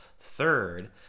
third